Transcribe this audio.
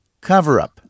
cover-up